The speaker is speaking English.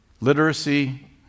Literacy